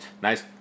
Nice